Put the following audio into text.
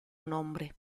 nombre